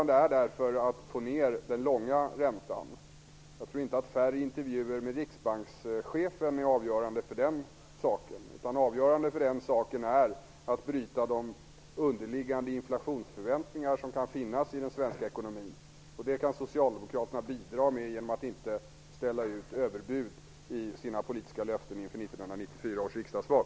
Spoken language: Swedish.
Det är därför viktigt att få ner den långa räntan. Jag tror inte att färre intervjuer med Riksbankschefen är det avgörande. Det väsentliga är att bryta de underliggande inflationsförväntingar som kan finnas i den svenska ekonomin. Detta kan Socialdemokraterna bidra till genom att inte ställa ut överbud i sina politiska löften inför 1994 års riksdagsval.